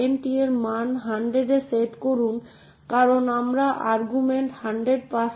ring জিরোতে চলমান কোনও অ্যাপ্লিকেশনে সরাসরি পড়তে বা লিখতে পারে না যেহেতু ওএস রিং জিরোতে চলে